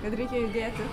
kad reikia judėti